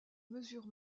mesure